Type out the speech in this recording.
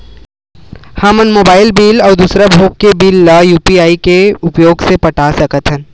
हमन mobile bill अउ दूसर भोग के बिल ला यू.पी.आई के उपयोग से पटा सकथन